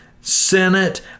Senate